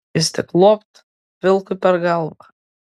jis tik luopt vilkui per galvą